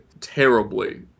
terribly